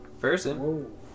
Person